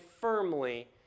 firmly